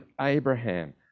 Abraham